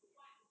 !wah!